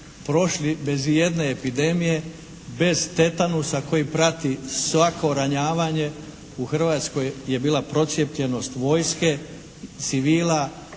prošli bez ijedne epidemije, bez tetanusa koji prati svako ranjavanje u Hrvatskoj je bila procijepljenost vojske, civila,